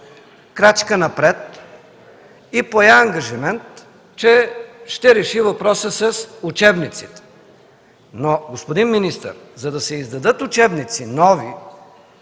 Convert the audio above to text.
крачка напред и пое ангажимент, че ще реши въпроса с учебниците. Господин министър, за да се издадат нови